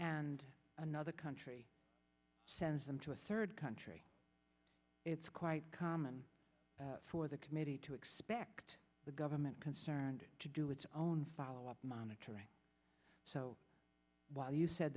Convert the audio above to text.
and another country sends them to a third country it's quite common for the committee to expect the government concerned to do its own follow up monitoring so while you said